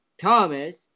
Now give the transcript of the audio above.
Thomas